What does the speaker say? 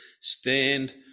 stand